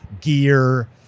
gear